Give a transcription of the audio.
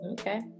okay